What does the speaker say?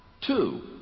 Two